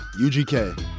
UGK